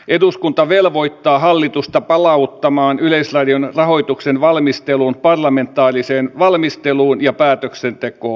eduskunta velvoittaa hallitusta palauttamaan yleisradion rahoituksen valmistelun parlamentaariseen valmisteluun ja päätöksentekoon